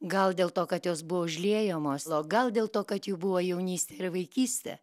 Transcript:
gal dėl to kad jos buvo užliejamos gal dėl to kad jų buvo jaunystė ir vaikystė